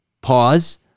pause